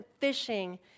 fishing